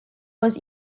was